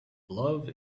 love